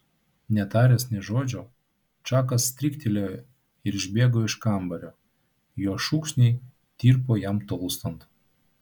netaręs nė žodžio čakas stryktelėjo ir išbėgo iš kambario jo šūksniai tirpo jam tolstant